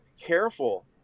careful